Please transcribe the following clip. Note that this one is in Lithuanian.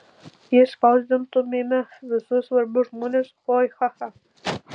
jei spausdintumėme visus svarbius žmones oi cha cha